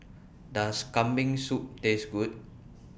Does Kambing Soup Taste Good